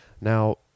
Now